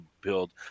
build